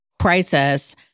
crisis